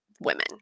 women